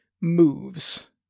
moves